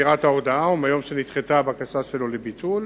ההודעה או מהיום שנדחתה בקשתו לביטול.